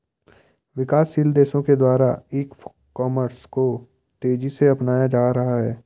विकासशील देशों के द्वारा ई कॉमर्स को तेज़ी से अपनाया जा रहा है